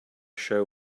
show